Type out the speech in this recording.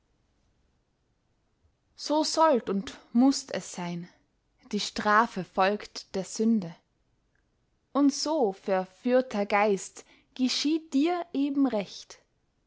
so sollt und mußt es sein die strafe folgt der sünde und so verführter geist geschieht dir eben recht